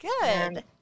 Good